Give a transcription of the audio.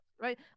right